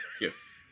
Yes